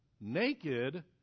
naked